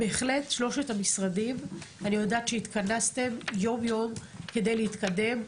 אני יודעת ששלושת המשרדים התכנסו יום-יום כדי להתקדם.